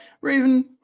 Raven